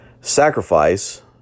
Sacrifice